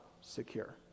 secure